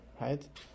right